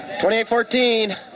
28.14